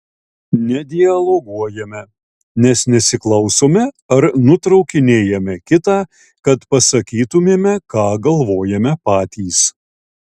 nedialoguojame nes nesiklausome ar nutraukinėjame kitą kad pasakytumėme ką galvojame patys